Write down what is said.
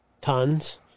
tons